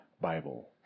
Bible